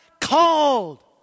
called